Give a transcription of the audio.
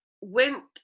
went